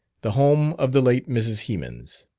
the home of the late mrs. hemans.